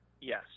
Yes